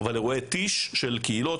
אבל אירועי טיש של קהילות,